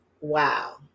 Wow